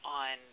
on